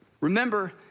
remember